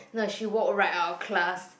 no she walk right out of class